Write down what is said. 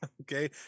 okay